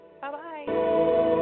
Bye-bye